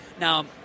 Now